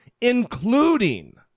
including